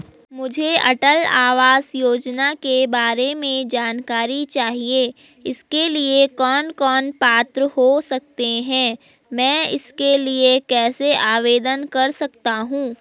मुझे अटल आवास योजना के बारे में जानकारी चाहिए इसके लिए कौन कौन पात्र हो सकते हैं मैं इसके लिए कैसे आवेदन कर सकता हूँ?